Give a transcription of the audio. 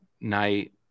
night